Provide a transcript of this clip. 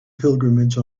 pilgrimage